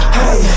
hey